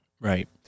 Right